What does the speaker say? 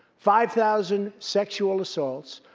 five thousand sexual assaults,